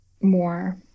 more